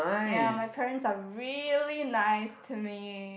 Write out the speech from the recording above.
ya my parents are really nice to me